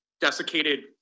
desiccated